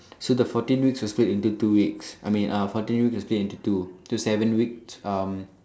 so the fourteen weeks will split into two weeks I mean uh fourteen weeks will split into two so seven week um